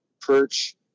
perch